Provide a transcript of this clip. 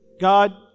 God